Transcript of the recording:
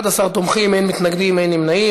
11 תומכים, אין מתנגדים, אין נמנעים.